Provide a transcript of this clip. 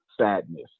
sadness